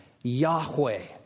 Yahweh